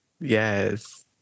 yes